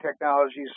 technologies